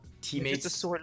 teammates